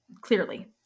clearly